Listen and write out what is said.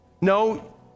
No